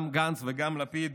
גם גנץ וגם לפיד,